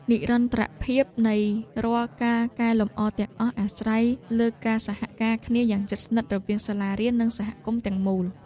និរន្តរភាពនៃរាល់ការកែលម្អទាំងអស់អាស្រ័យលើការសហការគ្នាយ៉ាងជិតស្និទ្ធរវាងសាលារៀន និងសហគមន៍ទាំងមូល។